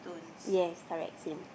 yes correct same